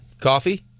Coffee